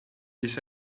this